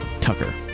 Tucker